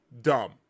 dumb